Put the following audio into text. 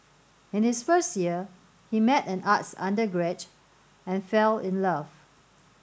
in his first year he met an arts undergraduate and fell in love